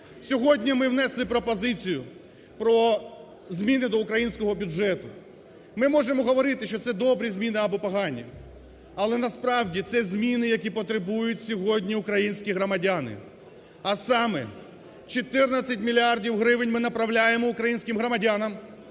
Сьогодні ми внесли пропозицію про зміни до українського бюджету, ми можемо говорити, що це добрі зміни або погані, але насправді це зміни, які потребують сьогодні українські громадяни, а саме 14 мільярдів гривень ми направляємо українським громадянам,